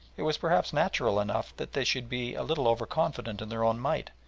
it was perhaps natural enough that they should be a little over-confident in their own might,